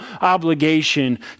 obligation